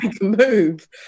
move